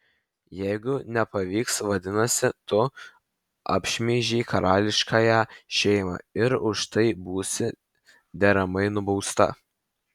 jeigu nepavyks vadinasi tu apšmeižei karališkąją šeimą ir už tai būsi deramai nubausta